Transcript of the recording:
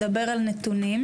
ונדבר על נתונים.